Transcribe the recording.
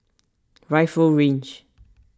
Rifle Range